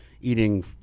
eating